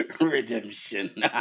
redemption